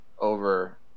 over